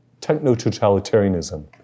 techno-totalitarianism